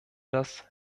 das